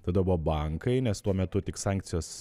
tada buvo bankai nes tuo metu tik sankcijos